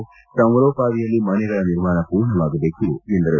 ಆದಪ್ಟು ಸಮರೋಪಾದಿಯಲ್ಲಿ ಮನೆಗಳ ನಿರ್ಮಾಣ ಪೂರ್ಣವಾಗಬೇಕು ಎಂದರು